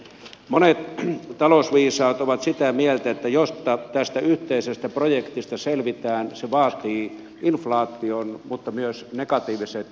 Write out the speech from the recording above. monet talousviisaat ovat sitä mieltä että jos tästä yhteisestä projektista selvitään se vaatii inflaation mutta myös negatiiviset reaalikorot